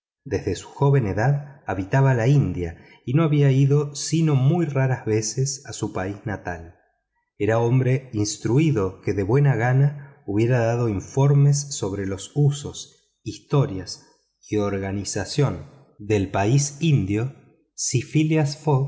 desde su joven edad habitaba en india y no había ido sino muy raras veces a su país natal era hombre instruido que de buena gana hubiera dado informes sobre los usos historia y organización del país indio si phileas